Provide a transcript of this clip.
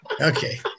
Okay